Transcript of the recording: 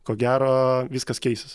ko gero viskas keisis